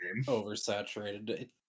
oversaturated